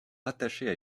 rattachées